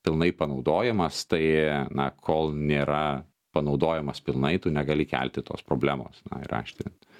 pilnai panaudojamas tai na kol nėra panaudojamas pilnai tu negali kelti tos problemos na ir aštrint